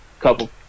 couple